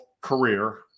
career